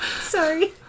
Sorry